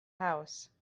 house